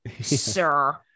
sir